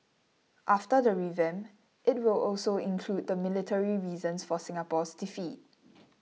after the revamp it will also include the military reasons for Singapore's defeat